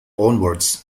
onwards